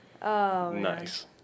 Nice